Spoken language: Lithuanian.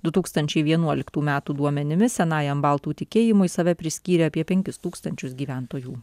du tūkstančiai vienuoliktų metų duomenimis senajam baltų tikėjimui save priskyrė apie penkis tūkstančius gyventojų